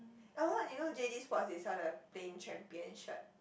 you know J_D sports they sell the plain champion shirt